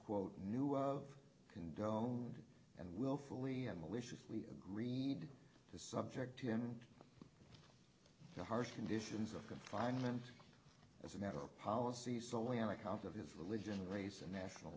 quote knew of condone and willfully and maliciously agreed to subject him to harsh conditions of confinement as an adult policy solely on account of his religion race and national